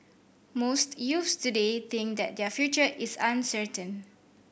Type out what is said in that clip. most youths today think that their future is uncertain